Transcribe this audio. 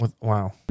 Wow